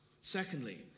Secondly